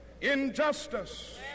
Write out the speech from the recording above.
injustice